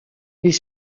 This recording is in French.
les